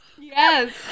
Yes